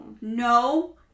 No